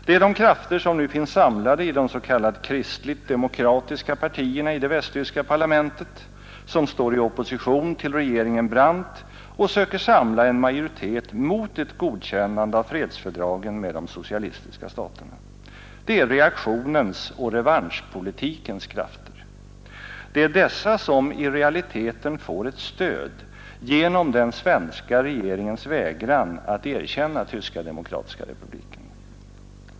Det är de krafter som nu finns samlade i de s.k. kristligt-demokratiska partierna i det västtyska parlamentet, som står i opposition till regeringen Brandt och söker samla en majoritet mot ett godkännande av fredsfördragen med de socialistiska staterna. Det är reaktionens och revanschpolitikens krafter. Det är dessa som i realiteten får ett stöd genom den svenska regeringens vägran att erkänna Tyska demokratiska republiken.